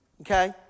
Okay